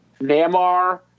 Namor